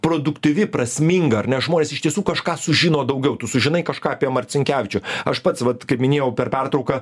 produktyvi prasminga ar ne žmonės iš tiesų kažką sužino daugiau tu sužinai kažką apie marcinkevičių aš pats vat kaip minėjau per pertrauką